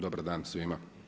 Dobar dan svima!